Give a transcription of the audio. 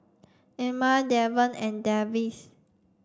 Ilma Davion and Davis